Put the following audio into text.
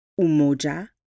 Umoja